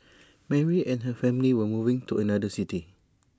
Mary and her family were moving to another city